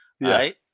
right